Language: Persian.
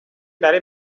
برای